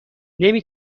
نمی